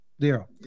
Zero